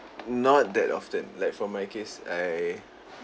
not that often like for my case I